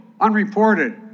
unreported